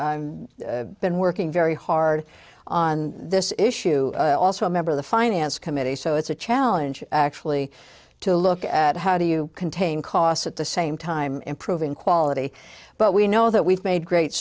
been working very hard on this issue also a member of the finance committee so it's a challenge actually to look at how do you contain costs at the same time improving quality but we know that we've made great